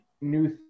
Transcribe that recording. new